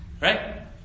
Right